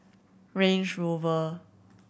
Range Rover